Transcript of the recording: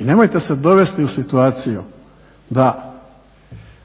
i nemojte se dovesti u situaciju da